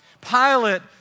Pilate